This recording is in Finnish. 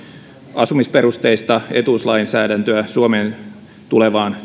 asumisperusteista etuuslainsäädäntöä suomeen tulevaan